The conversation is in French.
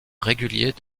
réguliers